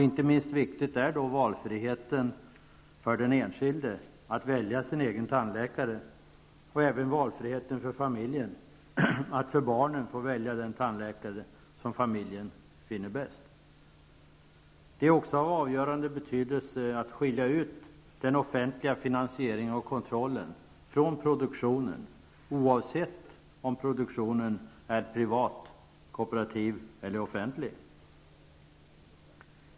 Inte minst viktig är då valfriheten för den enskilde, möjligheten att välja sin egen tandläkare och även valfriheten för familjen att för barnen få välja den tandläkare som familjen finner bäst. Det är också av avgörande betydelse att skilja ut den offentliga finansieringen och kontrollen från produktionen, oavsett om produktionen är privat, kooperativ eller offentlig.